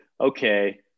okay